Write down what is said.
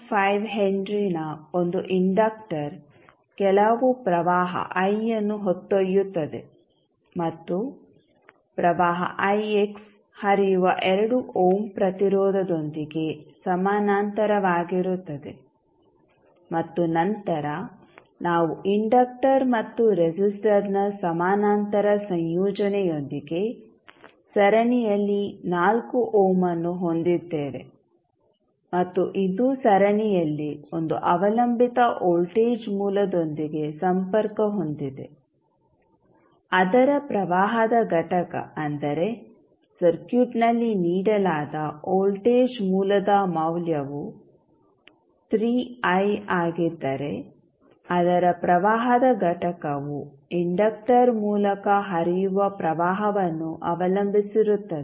5 H ನ ಒಂದು inductor ಕೆಲವು ಪ್ರವಾಹ ಐಅನ್ನು ಹೊತ್ತೊಯ್ಯುತ್ತದೆ ಮತ್ತು ಪ್ರವಾಹ ಹರಿಯುವ 2 ಓಮ್ ಪ್ರತಿರೋಧದೊಂದಿಗೆ ಸಮಾನಾಂತರವಾಗಿರುತ್ತದೆ ಮತ್ತು ನಂತರ ನಾವು ಇಂಡಕ್ಟರ್ ಮತ್ತು ರೆಸಿಸ್ಟರ್ನ ಸಮಾನಾಂತರ ಸಂಯೋಜನೆಯೊಂದಿಗೆ ಸರಣಿಯಲ್ಲಿ 4 ಓಮ್ಅನ್ನು ಹೊಂದಿದ್ದೇವೆ ಮತ್ತು ಇದು ಸರಣಿಯಲ್ಲಿ ಒಂದು ಅವಲಂಬಿತ ವೋಲ್ಟೇಜ್ ಮೂಲದೊಂದಿಗೆ ಸಂಪರ್ಕ ಹೊಂದಿದೆ ಅದರ ಪ್ರವಾಹದ ಘಟಕ ಅಂದರೆ ಸರ್ಕ್ಯೂಟ್ನಲ್ಲಿ ನೀಡಲಾದ ವೋಲ್ಟೇಜ್ ಮೂಲದ ಮೌಲ್ಯವು 3i ಆಗಿದ್ದರೆ ಅದರ ಪ್ರವಾಹದ ಘಟಕವು ಇಂಡಕ್ಟರ್ ಮೂಲಕ ಹರಿಯುವ ಪ್ರವಾಹವನ್ನು ಅವಲಂಬಿಸಿರುತ್ತದೆ